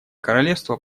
королевство